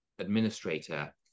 administrator